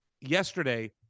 Yesterday